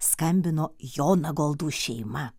skambino jonagoldų šeima